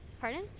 Pardon